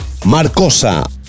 Marcosa